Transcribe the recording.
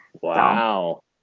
Wow